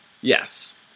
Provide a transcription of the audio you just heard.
Yes